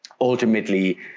ultimately